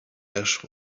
ash